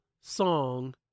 song